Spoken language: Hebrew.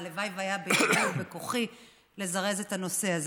והלוואי שהיה בעזרי ובכוחי לזרז את הנושא הזה.